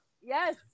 Yes